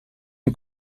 een